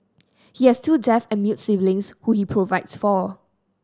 he has two deaf and mute siblings who he provides for